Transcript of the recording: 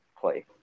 play